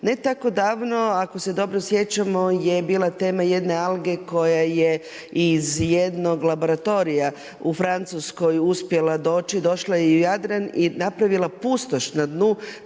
Ne tako davno, ako se dobro sjećamo je bila tema jedne alge koja je iz jednog laboratorija u Francuskoj uspjela doći, došla je i u Jadran i napravila pustoš na dnu,